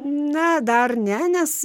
na dar ne nes